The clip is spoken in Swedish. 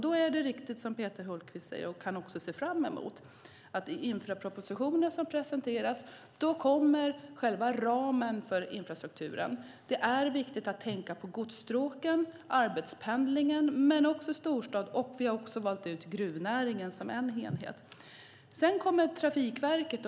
Det är riktigt, som Peter Hultqvist säger och kan se fram emot, att i den infrastrukturproposition som ska presenteras kommer själva ramen för infrastrukturen. Det är viktigt att tänka på godsstråken och arbetspendlingen men också på detta med storstad. Vi har också valt ut gruvnäringen som en enhet.